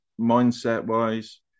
mindset-wise